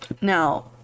Now